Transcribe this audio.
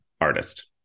artist